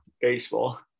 Baseball